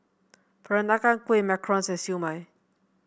Peranakan Kueh macarons and Siew Mai